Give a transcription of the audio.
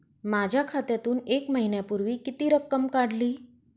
माझ्या खात्यातून एक महिन्यापूर्वी किती रक्कम काढली?